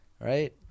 right